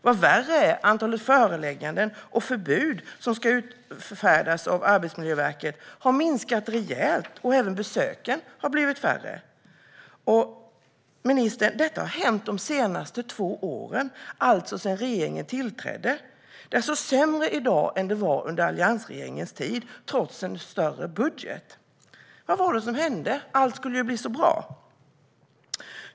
Vad värre är har antalet förelägganden och förbud som utfärdats av Arbetsmiljöverket minskat rejält. Även besöken har blivit färre. Och detta har hänt de senaste två åren, alltså sedan den nuvarande regeringen tillträdde. Det är alltså sämre i dag än det var under alliansregeringen, trots större budget. Vad var det som hände? Allt skulle ju bli så bra!